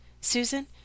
Susan